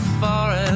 forest